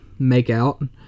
Makeout